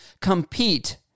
compete